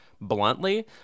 Bluntly